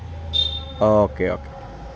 okay okay